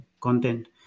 content